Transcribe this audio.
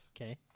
Okay